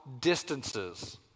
distances